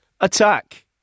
Attack